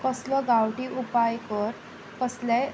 कसलो गांवठी उपाय कर कसलेय